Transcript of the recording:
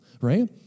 right